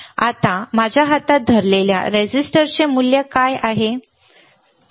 आता माझ्या हातात धरलेल्या रेझिस्टरचे मूल्य काय आहे